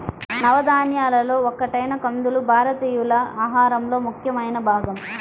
నవధాన్యాలలో ఒకటైన కందులు భారతీయుల ఆహారంలో ముఖ్యమైన భాగం